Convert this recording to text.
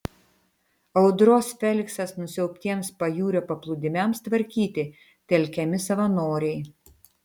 audros feliksas nusiaubtiems pajūrio paplūdimiams tvarkyti telkiami savanoriai